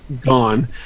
gone